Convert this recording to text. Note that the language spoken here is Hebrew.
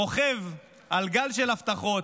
רוכב על גל של הבטחות,